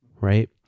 right